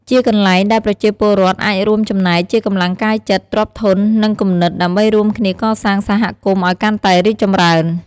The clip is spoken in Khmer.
ជាកន្លែងដែលប្រជាពលរដ្ឋអាចរួមចំណែកជាកម្លាំងកាយចិត្ត ទ្រព្យធន និងគំនិត ដើម្បីរួមគ្នាកសាងសហគមន៍ឲ្យកាន់តែរីកចម្រើន។